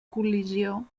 col·lisió